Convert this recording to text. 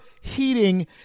heating